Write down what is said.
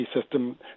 system